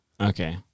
okay